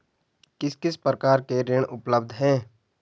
किस किस प्रकार के ऋण उपलब्ध हैं?